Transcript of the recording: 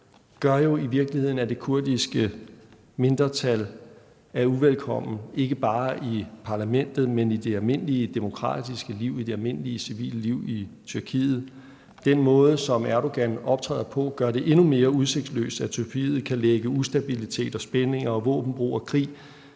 gør jo i virkeligheden, at det kurdiske mindretal er uvelkomment, ikke bare i parlamentet, men i det almindelige demokratiske liv, i det almindelige civile liv i Tyrkiet. Den måde, som Erdogan optræder på, gør det endnu mere udsigtsløst, at Tyrkiet kan lægge ustabilitet og spændinger og våbenbrug og krig